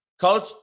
Coach